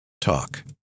talk